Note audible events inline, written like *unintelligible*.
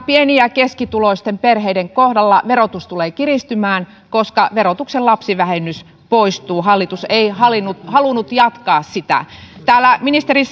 pieni ja ja keskituloisten perheiden kohdalla verotus tulee kiristymään koska verotuksen lapsivähennys poistuu hallitus ei halunnut halunnut jatkaa sitä täällä ministeri *unintelligible*